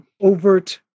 overt